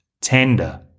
tender